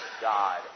God